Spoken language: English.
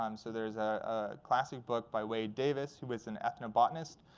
um so there's a classic book by wade davis, who was an ethnobotanist,